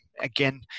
again